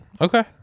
Okay